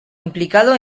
implicado